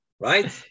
right